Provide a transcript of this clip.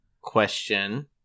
question